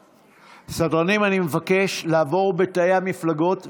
סדרנים, אני מבקש לעבור בתאי המפלגות ולהרגיע.